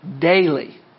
daily